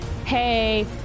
Hey